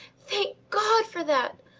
thank god for that!